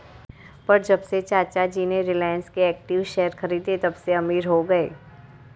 पर जब से चाचा जी ने रिलायंस के इक्विटी शेयर खरीदें तबसे अमीर हो गए